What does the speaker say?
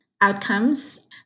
outcomes